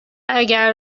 اگر